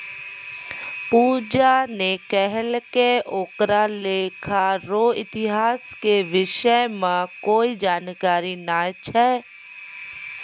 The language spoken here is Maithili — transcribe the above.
पूजा ने कहलकै ओकरा लेखा रो इतिहास के विषय म कोई जानकारी नय छै